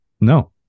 No